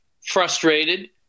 frustrated